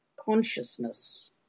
consciousness